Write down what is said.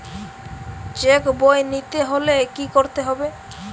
Check বই নিতে হলে কি করতে হবে?